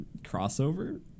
Crossover